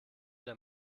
der